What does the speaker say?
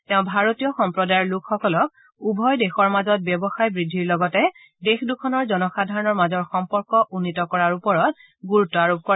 তেওঁ ভাৰতীয় সম্প্ৰদায়ৰ লোকসকলক উভয় দেশৰ মাজত ব্যৱসায় বৃদ্ধিৰ লগতে দেশ দুখনৰ জনসাধাৰণৰ মাজৰ সম্পৰ্ক উন্নীত কৰাৰ ওপৰত গুৰুত্ব আৰোপ কৰে